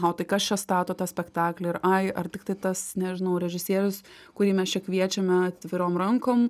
o tai kas čia stato tą spektaklį ar aj ar tiktai tas nežinau režisierius kurį mes čia kviečiame atvirom rankom